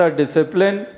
discipline